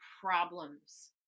problems